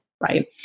right